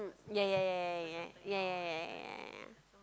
ya ya ya ya ya ya ya ya ya ya